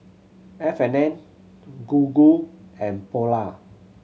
F and N Gogo and Polar